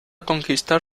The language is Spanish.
conquistar